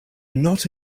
not